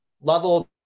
level